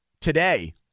today